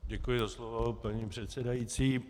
Děkuji za slovo, paní předsedající.